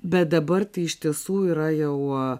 bet dabar tai iš tiesų yra jau o